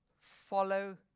Follow